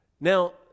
Now